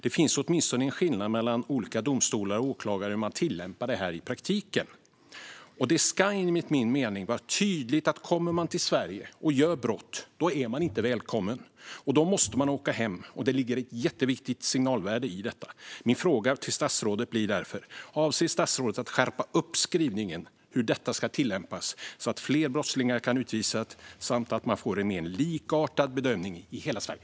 Det finns åtminstone en skillnad mellan olika domstolar och åklagare i hur de tillämpar detta i praktiken. Det ska enligt min mening vara tydligt att man inte är välkommen i Sverige om man kommer hit och begår brott. Då måste man åka hem, och det ligger ett jätteviktigt signalvärde i detta. Min fråga till statsrådet blir därför: Avser statsrådet att skärpa upp skrivningen om hur detta ska tillämpas så att fler brottslingar kan utvisas och så att man får en mer likartad bedömning i hela Sverige?